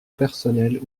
personnelles